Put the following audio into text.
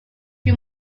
you